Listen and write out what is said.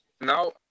No